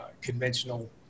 conventional